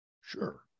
Sure